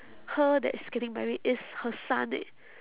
her that's getting married ist' her son eh